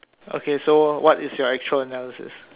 okay so what is your actual analysis